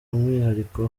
umwihariko